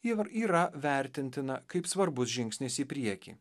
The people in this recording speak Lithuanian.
ir yra vertintina kaip svarbus žingsnis į priekį